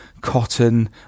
cotton